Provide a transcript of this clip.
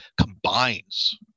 combines